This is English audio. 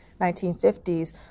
1950s